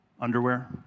underwear